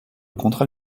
contrat